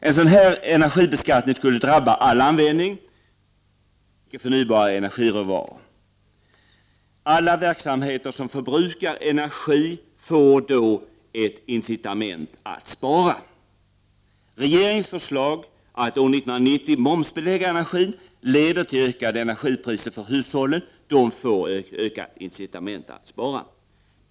En sådan energibeskattning skulle drabba all användning av icke förnybara energiråvaror. Alla verksamheter som förbrukar energi får då ett incitament att spara. Regeringens förslag att år 1990 momsbelägga energin leder till ökade energipriser för hushållen; de får därigenom ett ökat incitament att spara.